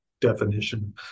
definition